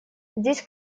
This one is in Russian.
здесь